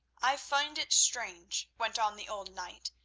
i find it strange, went on the old knight,